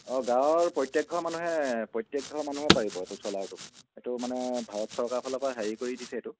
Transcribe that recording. অঁ গাঁৱৰ প্ৰত্যেকঘৰ মানুহে প্ৰত্যেক ঘৰ মানুহে পাৰিব এইটো চ'লাৰটো এইটো মানে ভাৰত চৰকাৰৰফালৰপৰা হেৰি কৰি দিছে এইটো